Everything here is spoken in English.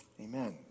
Amen